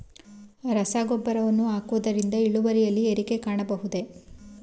ರಸಗೊಬ್ಬರವನ್ನು ಹಾಕುವುದರಿಂದ ಇಳುವರಿಯಲ್ಲಿ ಏರಿಕೆ ಕಾಣಬಹುದೇ?